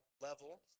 level